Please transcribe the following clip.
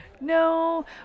no